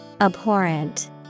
Abhorrent